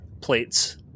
plates